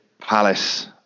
Palace